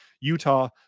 Utah